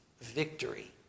victory